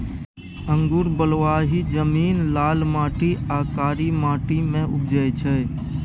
अंगुर बलुआही जमीन, लाल माटि आ कारी माटि मे उपजै छै